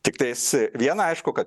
tiktais viena aišku kad